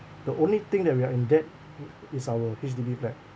the only thing that we are in debt i~ is our H_D_B flat